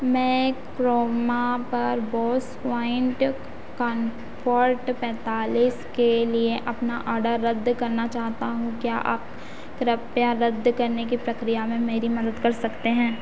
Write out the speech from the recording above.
मैं क्रोमा पर Bose quiet comfort पैंतालीस के लिए अपना ऑर्डर रद्द करना चाहता हूँ क्या आप कृपया रद्द करने की प्रक्रिया में मेरी मदद कर सकते हैं